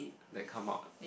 that come out